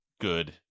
good